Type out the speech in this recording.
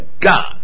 God